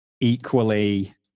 equally